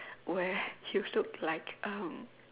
where you look like um